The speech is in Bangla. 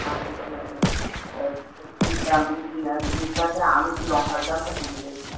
আচ্ছা ঠিক আচে তা তাছাড়া আমি একটু লঙ্কার দামটা শুনতে চাইছিলাম